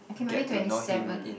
okay maybe twenty seven